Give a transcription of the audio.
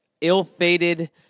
ill-fated